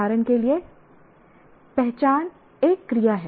उदाहरण के लिए पहचान एक क्रिया है